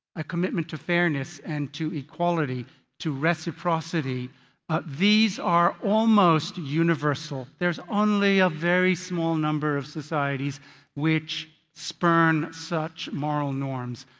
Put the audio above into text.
a commitment to fairness and to equality and to reciprocity ah these are almost universal. there are only a very small number of societies which spurn such moral norms.